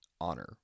honor